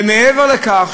מעבר לכך,